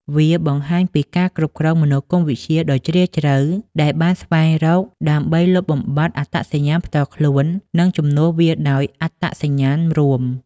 វាបង្ហាញពីការគ្រប់គ្រងមនោគមវិជ្ជាដ៏ជ្រាលជ្រៅដែលបានស្វែងរកដើម្បីលុបបំបាត់អត្តសញ្ញាណផ្ទាល់ខ្លួននិងជំនួសវាដោយអត្តសញ្ញាណរួម។